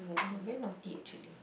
you very naughty actually